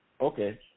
okay